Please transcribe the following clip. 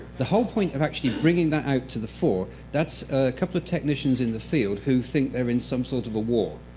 the whole point of actually bringing that out to the fore, that's a couple of technicians in the field who think they're in some sort of a war.